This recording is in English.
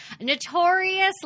Notorious